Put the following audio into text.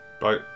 Bye